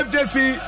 Jesse